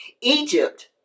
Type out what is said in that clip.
Egypt